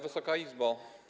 Wysoka Izbo!